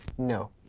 No